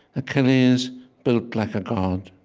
achilles built like a god,